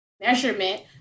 measurement